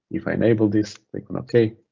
if i enable this, click on okay,